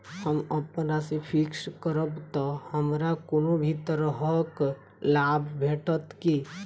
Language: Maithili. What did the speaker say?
हम अप्पन राशि फिक्स्ड करब तऽ हमरा कोनो भी तरहक लाभ भेटत की?